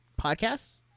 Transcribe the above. podcasts